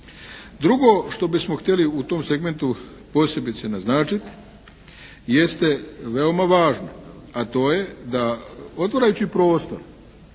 Drugo što bismo htjeli u tom segmentu posebice naznačiti jeste veoma važno a to je da otvarajući prostor